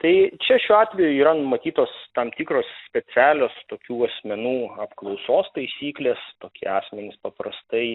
tai čia šiuo atveju yra numatytos tam tikros specialios tokių asmenų apklausos taisyklės tokie asmenys paprastai